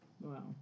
Wow